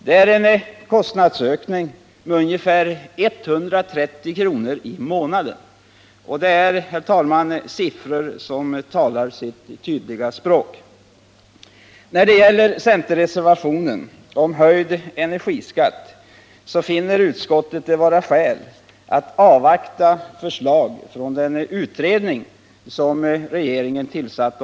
Det är en kostnadsökning med ungefär 130 kr. i månaden. Det är, herr talman, siffror som talar sitt tydliga språk. När det gäller förslaget om höjd energiskatt, som framförs i centerreservationen, finner utskottet det vara skäl att avvakta förslag från den utredning om beskattning av energi som regeringen tillsatt.